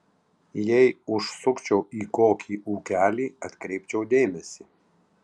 jei užsukčiau į kokį ūkelį atkreipčiau dėmesį